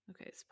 Okay